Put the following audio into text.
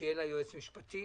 שיהיה לה יועץ משפטי,